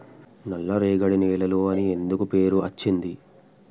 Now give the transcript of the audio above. నల్లరేగడి నేలలు అని ఎందుకు పేరు అచ్చింది?